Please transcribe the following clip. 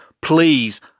Please